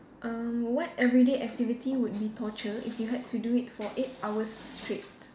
um what everyday activity would be torture if you had to do it for eight hours straight